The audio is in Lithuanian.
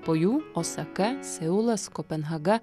po jų osaka seulas kopenhaga